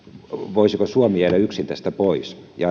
voisiko suomi jäädä yksin tästä pois ja